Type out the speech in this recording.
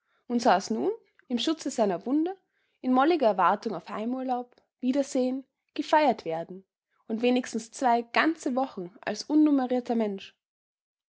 und saß nun im schutze seiner wunde in molliger erwartung auf heimurlaub wiedersehen gefeiertwerden und wenigstens zwei ganze wochen als unnumerierter mensch